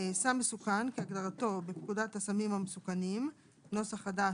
"סם מסוכן" כהגדרתו בפקודת הסמים המסוכנים (נוסח חדש),